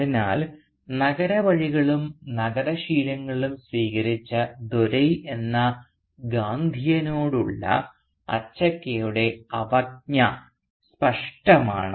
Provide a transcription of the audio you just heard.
അതിനാൽ നഗര വഴികളും നഗര ശീലങ്ങളും സ്വീകരിച്ച ദോരൈ എന്ന ഗാന്ധിയനോടുള്ള അച്ചക്കയുടെ അവജ്ഞ സ്പഷ്ടമാണ്